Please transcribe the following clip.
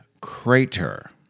Crater